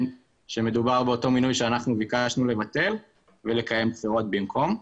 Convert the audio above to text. שמדובר באותו מינוי שאנחנו ביקשנו לבטל ולקיים בחירות במקום.